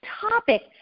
topic